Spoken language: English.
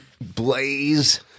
Blaze